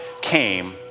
came